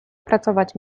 pracować